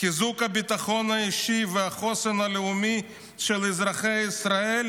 חיזוק הביטחון האישי והחוסן הלאומי של אזרחי ישראל,